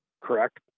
Correct